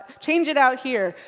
change it out here.